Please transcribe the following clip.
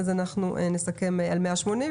אנחנו נסכם על 180 ימים.